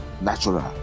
natural